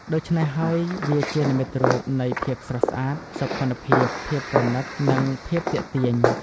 ដូច្នេះហើយ វាជានិមិត្តរូបនៃ ភាពស្រស់ស្អាត សោភ័ណភាព ភាពប្រណិត និង ភាពទាក់ទាញ។